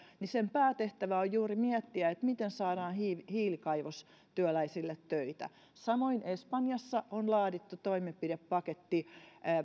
päätehtävä on juuri miettiä miten saadaan hiilikaivostyöläisille töitä samoin espanjassa on laadittu toimenpidepaketti